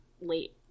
late